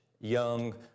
young